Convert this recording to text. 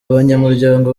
banyamuryango